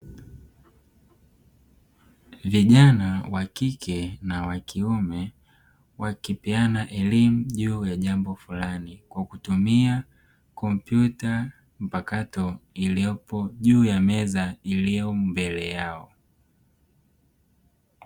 Vijana wakike na wakiume wakipeana elimu juu ya jambo fulani, kwa kutumia kompyuta mpakato iliyopo juu ya meza iliyo mbele yao.